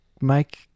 make